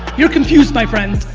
you're confused my friend,